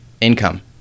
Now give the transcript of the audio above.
income